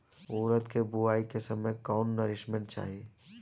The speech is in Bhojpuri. उरद के बुआई के समय कौन नौरिश्मेंट चाही?